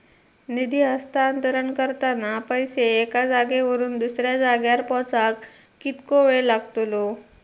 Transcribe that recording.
निधी हस्तांतरण करताना पैसे एक्या जाग्यावरून दुसऱ्या जाग्यार पोचाक कितको वेळ लागतलो?